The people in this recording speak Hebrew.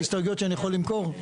בהסתייגויות שאני יכול למכור.